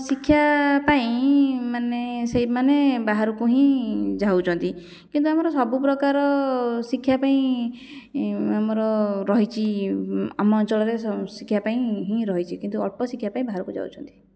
ଶିକ୍ଷା ପାଇଁ ମାନେ ସେଇମାନେ ବାହାରକୁ ହିଁ ଯାଉଛନ୍ତି କିନ୍ତୁ ଆମର ସବୁ ପ୍ରକାର ଶିକ୍ଷା ପାଇଁ ଆମର ରହିଛି ଆମ ଅଞ୍ଚଳରେ ଶିକ୍ଷା ପାଇଁ ହିଁ ରହିଛି କିନ୍ତୁ ଅଳ୍ପ ଶିକ୍ଷା ପାଇଁ ବାହାରକୁ ଯାଉଛନ୍ତି